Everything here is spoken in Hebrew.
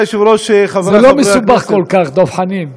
זה לא מסובך כל כך, דב חנין.